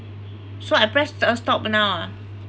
so I press uh stop for now ah